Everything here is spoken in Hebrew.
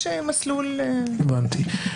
הבנתי.